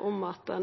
om at